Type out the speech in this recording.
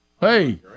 hey